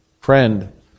friend